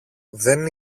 δεν